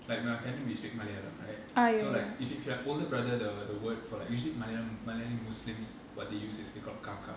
like my family we speak Malayalam right so like if if you're older brother the the word for like usually Malayali muslims what they use is they called kakka